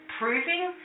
proving